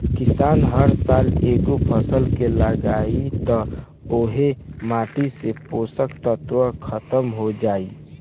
किसान हर साल एके फसल के लगायी त ओह माटी से पोषक तत्व ख़तम हो जाई